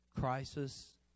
crisis